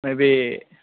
maybe